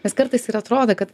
nes kartais ir atrodo kad